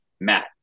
Matt